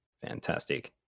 fantastic